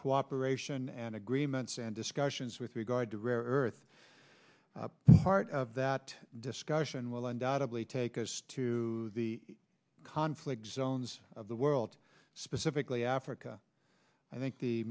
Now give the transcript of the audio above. cooperation and agreements and discussions with regard to earth part of that discussion will undoubtably take us to the conflict zones of the world specifically africa i think the